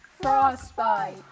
Frostbite